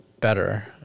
better